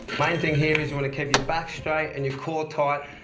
main thing here is you want to keep your back straight and your core tight,